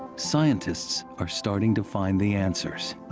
scientists are starting to find the answers.